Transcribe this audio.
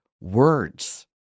words